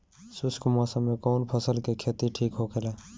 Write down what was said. शुष्क मौसम में कउन फसल के खेती ठीक होखेला?